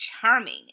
charming